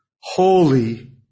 Holy